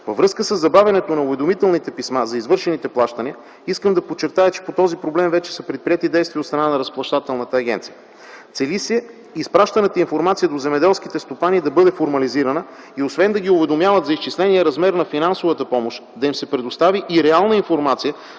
Във връзка със забавянето на уведомителните писма за извършените плащания искам да подчертая, че по този проблем вече са предприети действия от страна на Разплащателната агенция. Цели се изпращаната информация до земеделските стопани да бъде формализирана и освен да ги уведомява за изчисления размер на финансовата помощ, да им се предостави и реална информация